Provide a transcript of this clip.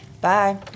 Bye